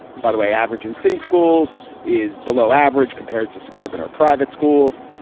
and by the way average in city schools is below average compared to suburban or private schools.